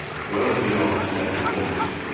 well beyond its natural limits.